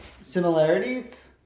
Similarities